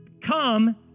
come